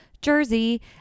Jersey